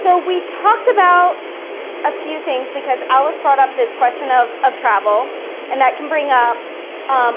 so we talked about a few things because alice brought up this question of of travel and that can bring up